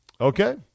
Okay